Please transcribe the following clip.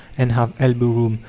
and have elbow-room.